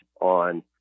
on